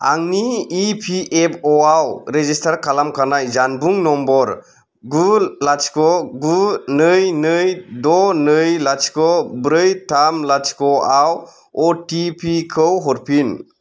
आंनि इपिएफअ' आव रेजिस्टार खालामखानाय जानबुं नम्बर गु लाथिख' गु नै नै द' नै लाथिख ब्रै थाम लाथिख' आव अटिपि खौ हरफिन